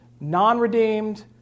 non-redeemed